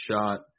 shot